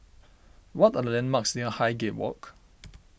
what are the landmarks near Highgate Walk